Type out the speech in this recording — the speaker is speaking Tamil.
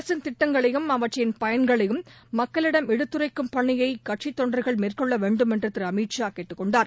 அரசின் திட்டங்களையம் அவற்றின் பயன்களையும் மக்களிடம் எடுத்துரைக்கும் பணியை கட்சித் தொண்டர்கள் மேற்கொள்ள வேண்டும் என்று திரு அமித் ஷா கேட்டுக்கொண்டார்